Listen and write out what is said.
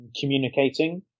communicating